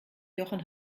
jochen